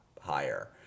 higher